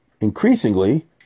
Increasingly